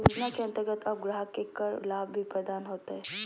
योजना के अंतर्गत अब ग्राहक के कर लाभ भी प्रदान होतय